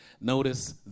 Notice